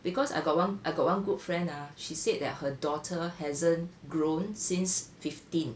because I got one I got one good friend ah she said that her daughter hasn't grown since fifteen